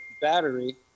battery